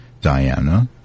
Diana